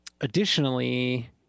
additionally